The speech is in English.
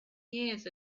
years